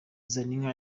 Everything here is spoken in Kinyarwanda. zaninka